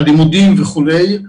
לימודים וכולי,